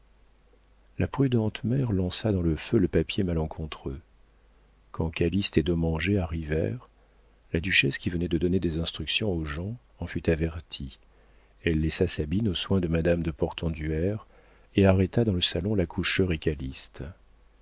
la prudente mère lança dans le feu le papier malencontreux quand calyste et dommanget arrivèrent la duchesse qui venait de donner des instructions aux gens en fut avertie elle laissa sabine aux soins de madame de portenduère et arrêta dans le salon l'accoucheur